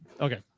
Okay